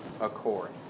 accord